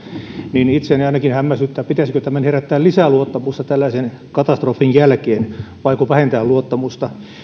niin itseäni ainakin hämmästyttää pitäisikö tämän herättää lisää luottamusta tällaisen katastrofin jälkeen vaiko vähentää luottamusta